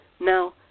Now